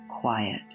quiet